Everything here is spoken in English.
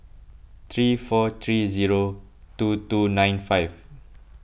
three four three zero two two nine five